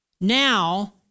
now